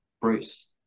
Bruce